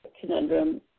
conundrum